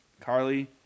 Carly